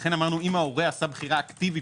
לכן אמרנו אם ההורה עשה בחירה אקטיבית,